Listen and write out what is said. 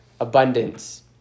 abundance